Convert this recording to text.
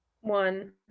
one